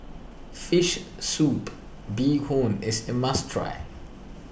Fish Soup Bee Hoon is a must try